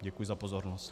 Děkuji za pozornost.